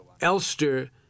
Elster